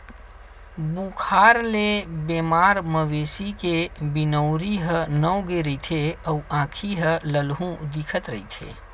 बुखार ले बेमार मवेशी के बिनउरी ह नव गे रहिथे अउ आँखी ह ललहूँ दिखत रहिथे